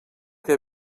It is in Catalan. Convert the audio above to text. que